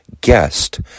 guest